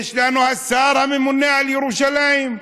יש לנו השר הממונה על ירושלים.